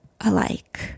alike